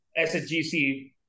SSGC